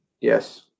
yes